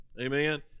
Amen